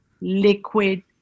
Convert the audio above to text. liquid